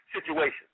situation